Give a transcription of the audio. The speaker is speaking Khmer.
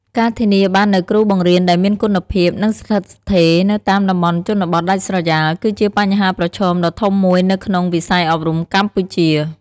ការធានាបាននូវគ្រូបង្រៀនដែលមានគុណភាព និងស្ថិតស្ថេរនៅតាមតំបន់ជនបទដាច់ស្រយាល គឺជាបញ្ហាប្រឈមដ៏ធំមួយនៅក្នុងវិស័យអប់រំកម្ពុជា។